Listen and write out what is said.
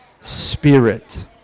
spirit